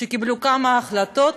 וקיבלה כמה החלטות,